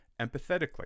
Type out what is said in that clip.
empathetically